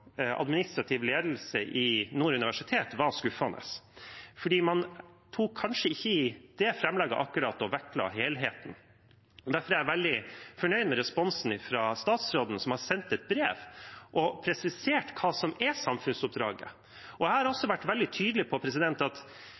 administrativ ledelse ved Nord universitet, var skuffende, for i det framlegget vektla man kanskje ikke helheten. Derfor er jeg veldig fornøyd med responsen fra statsråden, som har sendt et brev og presisert hva som er samfunnsoppdraget. Jeg har også vært veldig tydelig på at